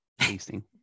tasting